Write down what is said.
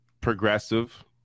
progressive